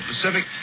Pacific